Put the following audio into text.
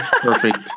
perfect